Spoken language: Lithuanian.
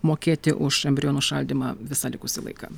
mokėti už embrionų šaldymą visą likusį laiką